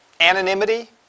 Anonymity